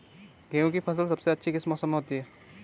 गेहूँ की फसल सबसे अच्छी किस मौसम में होती है